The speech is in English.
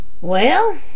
Well